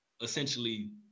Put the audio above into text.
essentially